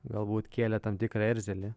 galbūt kėlė tam tikrą erzelį